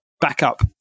backup